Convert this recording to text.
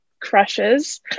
crushes